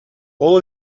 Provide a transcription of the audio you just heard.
all